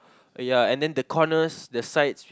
ya and the corners the sides